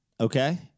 okay